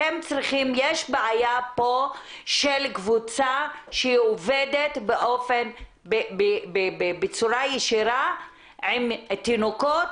יש בעיה פה של קבוצה שעובדת בצורה ישירה עם תינוקות,